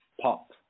pop